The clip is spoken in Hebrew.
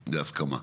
להסכמה.